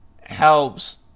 helps